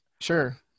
Sure